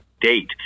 date